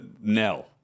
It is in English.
Nell